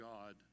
God